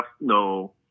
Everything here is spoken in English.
no